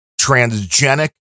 transgenic